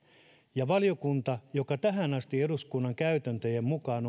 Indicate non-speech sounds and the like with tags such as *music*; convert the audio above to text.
ja valiokunta on tähän asti eduskunnan käytäntöjen mukaan *unintelligible*